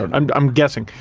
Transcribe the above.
and um i'm guessing.